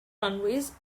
runways